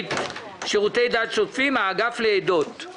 בתוכנית שירותי דת שוטפים האגף לעדוֹת.